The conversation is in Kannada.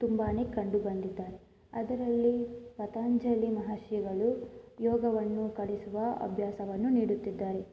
ತುಂಬ ಕಂಡುಬಂದಿದ್ದಾರೆ ಅದರಲ್ಲಿ ಪತಂಜಲಿ ಮಹರ್ಷಿಗಳು ಯೋಗವನ್ನು ಕಲಿಸುವ ಅಭ್ಯಾಸವನ್ನು ನೀಡುತ್ತಿದ್ದಾರೆ